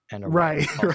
right